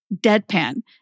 deadpan